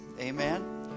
amen